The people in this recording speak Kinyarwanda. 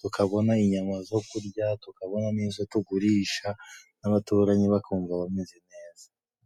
tukabona inyama zo kurya tukabona n'izo tugurisha, n'abaturanyi bakumva bameze neza.